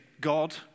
God